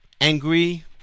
angry